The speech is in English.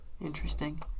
Interesting